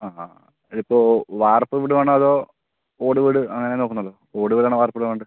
ആ ആ ഇപ്പോൾ വാർപ്പ് വീട് വേണോ അതോ ഓട് വീട് അങ്ങനെ നോക്കുന്നുണ്ടോ ഓട് വീടാണോ വാർപ്പ് വീടാണോ വേണ്ടത്